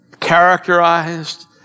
characterized